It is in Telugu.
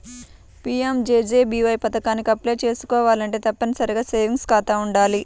పీయంజేజేబీవై పథకానికి అప్లై చేసుకోవాలంటే తప్పనిసరిగా సేవింగ్స్ ఖాతా వుండాలి